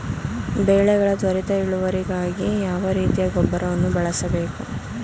ಬೆಳೆಗಳ ತ್ವರಿತ ಇಳುವರಿಗಾಗಿ ಯಾವ ರೀತಿಯ ಗೊಬ್ಬರವನ್ನು ಬಳಸಬೇಕು?